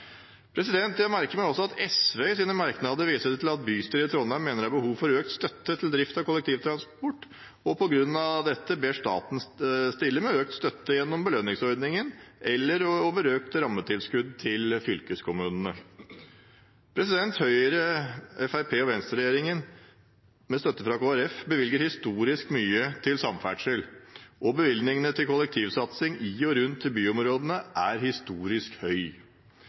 Jeg merker meg også at SV i sine merknader viser til at bystyret i Trondheim mener det er behov for økt støtte til drift av kollektivtransport, og på denne bakgrunn ber staten stille med økt støtte gjennom belønningsordningen eller over økt rammetilskudd til fylkeskommunene. Høyre–Fremskrittsparti–Venstre-regjeringen med støtte fra Kristelig Folkeparti bevilger historisk mye til samferdsel, og bevilgningene til kollektivsatsing i og rundt byområdene er historisk